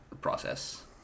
process